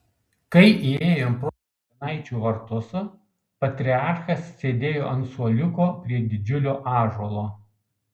kai įėjome pro kapinaičių vartus patriarchas sėdėjo ant suoliuko prie didžiulio ąžuolo